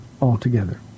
altogether